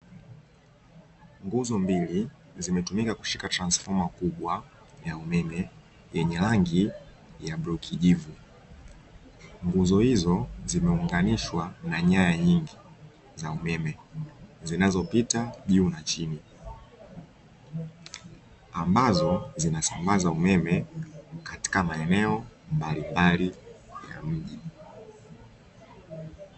Nguzo mbili zimetumika kushika transformer makubwa ya umeme yenye rangi nyekundu, zimeunganishwa na nyaya nyingi za umeme zinazopita juu na chini ambazo zinasambaza umeme katika maeneo mbalimbali ya mji.